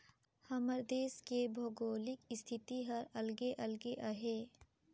हमर देस के भउगोलिक इस्थिति हर अलगे अलगे अहे